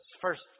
first